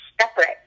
separate